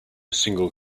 single